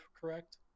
correct